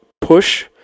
push